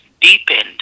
deepened